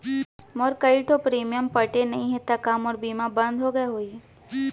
मोर कई ठो प्रीमियम पटे नई हे ता का मोर बीमा बंद हो गए होही?